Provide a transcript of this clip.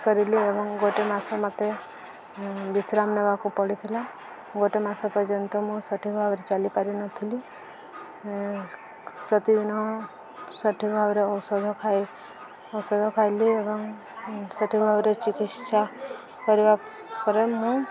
କରିଲି ଏବଂ ଗୋଟେ ମାସ ମୋତେ ବିଶ୍ରାମ ନେବାକୁ ପଡ଼ିଥିଲା ଗୋଟେ ମାସ ପର୍ଯ୍ୟନ୍ତ ମୁଁ ସଠିକ୍ ଭାବରେ ଚାଲିପାରିନଥିଲି ପ୍ରତିଦିନ ସଠିକ୍ ଭାବରେ ଔଷଧ ଖାଇ ଔଷଧ ଖାଇଲି ଏବଂ ସଠିକ୍ ଭାବରେ ଚିକିତ୍ସା କରିବା ପରେ ମୁଁ